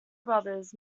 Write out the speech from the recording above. brothers